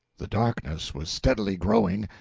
the darkness was steadily growing,